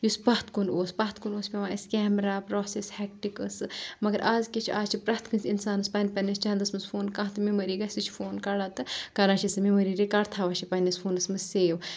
یُس پَتھ کُن اوس پَتھ کُن اوس پؠوان اسہِ پؠوان کیمرہ پراسیٚس ہیکٹِک ٲس مَگر آز کیاہ چھُ آز چھُ پرٛؠتھ کٲنٛسہِ اِنسانس پَننہِ پَننِس چندَس منز فون کانٛہہ تہِ میٚموری گژھِ سُہ چھِ فون کَڑان تہٕ کَران چھِ سُہ میٚموری رِکاڈ تھاوان چھِ سُہ پَننِس فونَس منز سیو